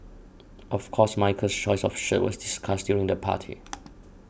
of course Michael's choice of shirt was discussed during the party